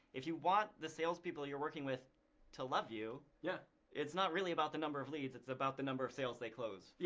if you want the sales people you're working with to love you, yeah it's not really about the number of leads, it's about the number of sales they close.